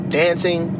dancing